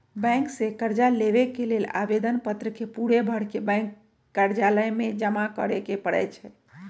bank से कर्जा लेबे के लेल आवेदन पत्र के पूरे भरके बैंक कर्जालय में जमा करे के परै छै